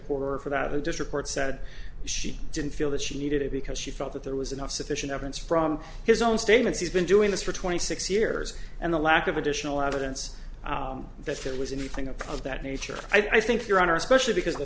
poorer for that who just report said she didn't feel that she needed it because she felt that there was enough sufficient evidence from his own statements he's been doing this for twenty six years and the lack of additional evidence that there was anything of that nature i think your honor especially because the